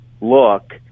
look